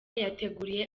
yateguriye